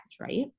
right